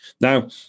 now